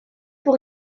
pour